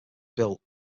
built